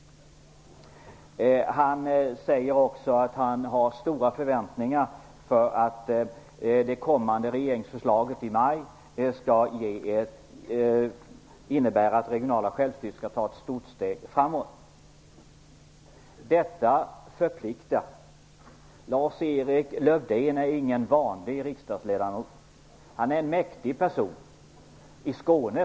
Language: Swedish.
Han säger också att han har stora förväntningar på att det kommande regeringsförslaget i maj skall innebära att det regionala självstyret tar ett stort steg framåt. Detta förpliktar. Lars-Erik Lövdén är ingen vanlig riksdagsledamot. Han är en mäktig person, särskilt i Skåne.